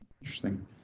Interesting